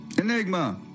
Enigma